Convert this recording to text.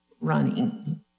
running